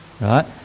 Right